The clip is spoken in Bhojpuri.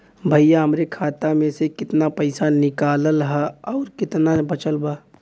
भईया हमरे खाता मे से कितना पइसा निकालल ह अउर कितना बचल बा?